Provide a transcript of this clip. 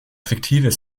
fiktives